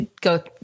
Go